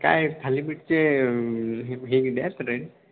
काय थालीपीठचे जास्त नाही